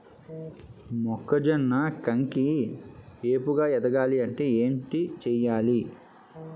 మొక్కజొన్న కంకి ఏపుగ ఎదగాలి అంటే ఏంటి చేయాలి?